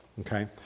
Okay